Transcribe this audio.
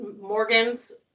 Morgan's